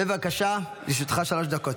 בבקשה, לרשותך שלוש דקות.